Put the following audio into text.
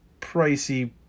pricey